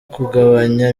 kugabanya